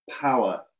power